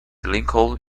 lincoln